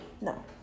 No